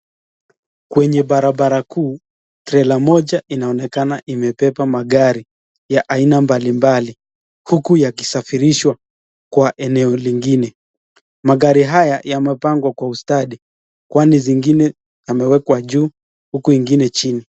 Kwenye barabara kuu, trela moja inaonekana ikibeba magari ya aina mbalimbali huku yakisafirishwa kwa eneo lingine. Magari haya yamepangwa kwa ustadi kwani zingine ameekwa juu huku zingine chini.